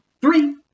three